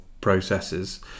processes